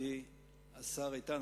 מכובדי השר איתן,